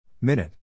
Minute